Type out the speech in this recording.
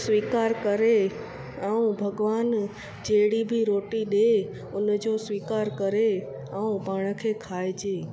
स्वीकार करे ऐं भॻिवानु जहिड़ी बि रोटी ॾिए उन जो स्वीकार करे ऐं पाण खे खाइजे